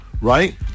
right